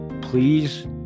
please